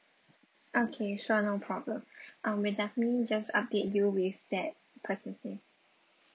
okay sure no problem um we'll definitely just update you with that person's name